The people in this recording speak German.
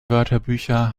wörterbücher